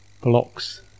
blocks